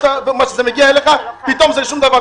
וכשזה מגיע לך פתאום זה שום דבר,